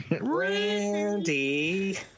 Randy